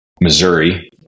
Missouri